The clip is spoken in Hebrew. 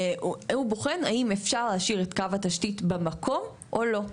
בוחן האם אפשר להשאיר את קו התשתית במקום או לא.